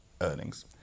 earnings